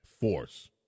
force